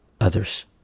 others